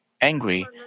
angry